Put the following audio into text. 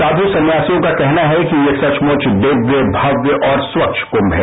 साध् सन्यासियों का कहना है कि ये सचमुच दिव्य भव्य और स्वच्छ कुंग है